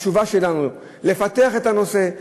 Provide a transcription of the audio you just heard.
התשובה שלנו: לפתח את הנושא,